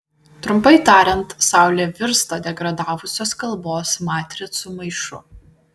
trumpai tariant saulė virsta degradavusios kalbos matricų maišu